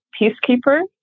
peacekeeper